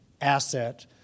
asset